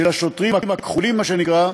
של השוטרים הכחולים, מה שנקרא,